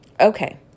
Okay